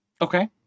Okay